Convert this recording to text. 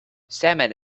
salmon